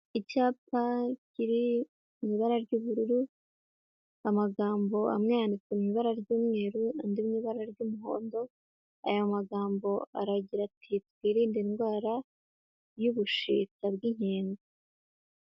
Icyapa kiri mu ibara ry'ubururu, amagambo amwe yanditse mu ibara ry'umweru andi mu ibara ry'umuhondo, aya magambo aragira ati twirinde indwara y'ubushita bw'inkende.